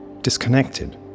disconnected